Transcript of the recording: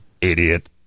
Idiot